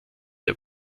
der